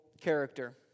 character